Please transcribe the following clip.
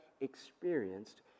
experienced